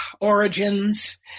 origins